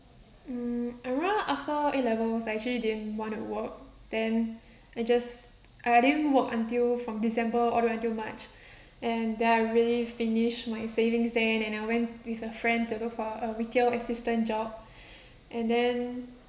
mm I after A levels I actually didn't want to work then I just I didn't work until from december all the way until march and then I really finished my savings then and I went with a friend to look for a retail assistant job and then